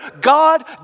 God